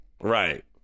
Right